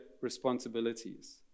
responsibilities